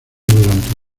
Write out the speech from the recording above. durante